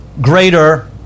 greater